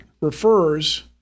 refers